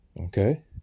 Okay